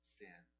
sin